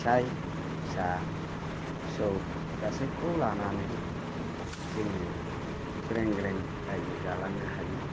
फिसा फिसौ गासैखौ लानानै जोङो ग्रें ग्रें रायजो जालांनो हायो